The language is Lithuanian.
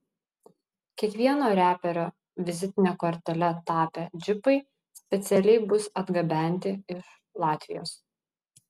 kiekvieno reperio vizitine kortele tapę džipai specialiai bus atgabenti iš latvijos